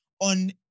on